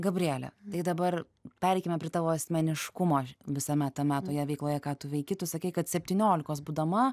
gabriele tai dabar pereikime prie tavo asmeniškumo visame tame toje veikloje ką tu veiki tu sakei kad septyniolikos būdama